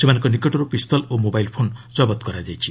ସେମାନଙ୍କ ନିକଟରୁ ପିସ୍ତଲ ଓ ମୋବାଇଲ୍ ଫୋନ୍ ଜବତ କରାଯାଇଛି